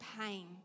pain